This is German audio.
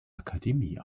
akademie